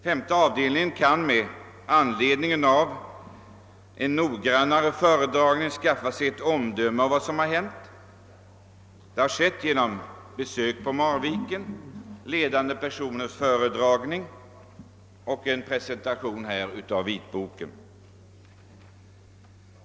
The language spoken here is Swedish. Femte avdelningen har med ledning av en noggrannare föredragning kunnat skaffa sig ett omdöme om vad som har hänt. Det har skett genom besök på Marviken, ledande personers föredragning och en presentation av vitboken.